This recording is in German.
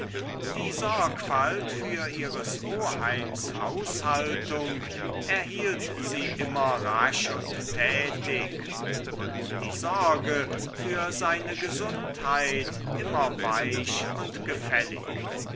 die sorgfalt für ihres oheims haushaltung erhielt sie immer rasch und tätig und die sorge für seine gesundheit immer weich und gefällig